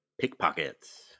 pickpockets